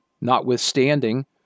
Notwithstanding